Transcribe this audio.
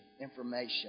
information